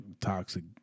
toxic